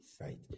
right